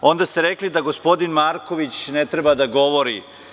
Onda ste rekli da gospodin Marković ne treba da govori.